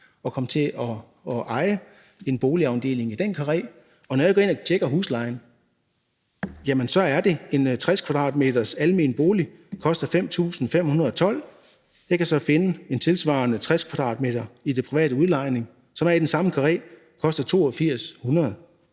at komme til at eje en boligafdeling i den karré, og når jeg går ind og tjekker huslejen, kan jeg se, at en 60 m² almen bolig koster 5.512 kr., og jeg kan så finde en tilsvarende bolig på 60 m² i den private udlejning, altså i den samme karré, men som koster 8.200